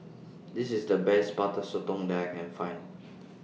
This IS The Best Butter Sotong that I Can Find